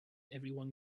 everyone